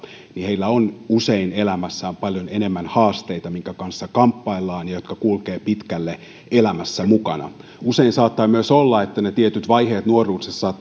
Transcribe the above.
on usein elämässään paljon enemmän haasteita joiden kanssa kamppaillaan ja jotka kulkevat pitkälle elämässä mukana usein saattaa myös olla että ne tietyt vaiheet nuoruudessa